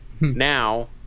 Now